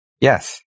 Yes